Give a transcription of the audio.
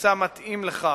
ונמצא מתאים לכך,